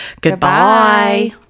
Goodbye